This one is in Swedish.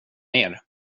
mer